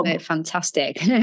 fantastic